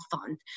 fund